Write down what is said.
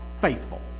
faithful